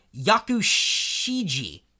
yakushiji